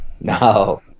No